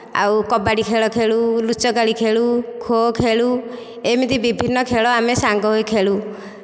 ଆଉ କବାଡି ଖେଳ ଖେଳୁ ଲୁଚକାଳି ଖେଳୁ ଖୋ ଖେଳୁ ଏମିତି ବିଭିନ୍ନ ଖେଳ ଆମେ ସାଙ୍ଗହୋଇ ଖେଳୁ